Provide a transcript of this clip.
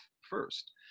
first